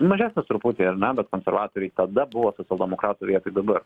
mažesnis truputį ar na bet konservatoriai tada buvo socialdemokratų vietoj dabar